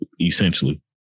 essentially